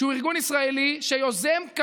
שתי